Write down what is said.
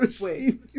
wait